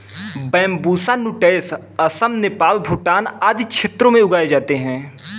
Bambusa nutans Assam, Nepal, Bhutan आदि क्षेत्रों में उगाए जाते है